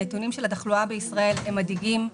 נתוני התחלואה בישראל מדאיגים.